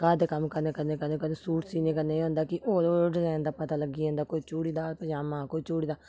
घर दे कम्म करने कन्नै कन्नै कन्नै सूट सीने कन्नै एह् होंदा कि होर होर होर डिजाइन दा पता लग्गी जंदा कोई चूड़ीदार पजामा कोई चूड़ीदार